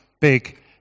big